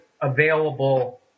available